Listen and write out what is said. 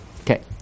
Okay